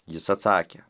jis atsakė